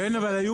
כן, אבל היו